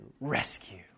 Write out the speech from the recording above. Rescue